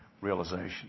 realization